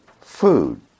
food